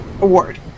award